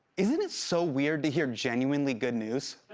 isn't it so weird to hear genuinely good news?